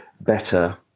better